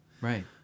Right